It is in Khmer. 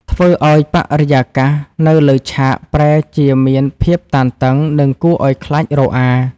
ធ្វើឱ្យបរិយាកាសនៅលើឆាកប្រែជាមានភាពតានតឹង និងគួរឱ្យខ្លាចរអា។